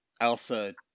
Elsa